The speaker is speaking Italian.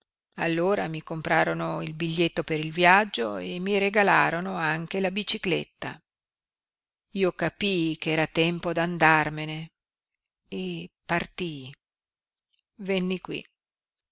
allora mi comprarono il biglietto per il viaggio e mi regalarono anche la bicicletta io capii ch'era tempo d'andarmene e partii venni qui